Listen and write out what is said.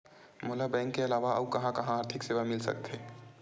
मोला बैंक के अलावा आऊ कहां कहा आर्थिक सेवा मिल सकथे?